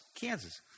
Kansas